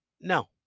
No